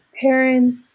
parents